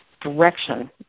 direction